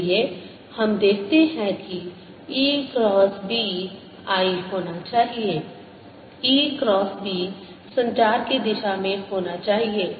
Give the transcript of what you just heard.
इसलिए हम देखते हैं कि E क्रॉस B I होना चाहिए E क्रॉस B संचार की दिशा में होना चाहिए